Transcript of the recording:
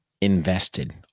invested